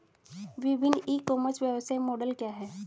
विभिन्न e commerce व्यवसाय model क्या हैं?